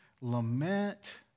lament